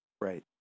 Right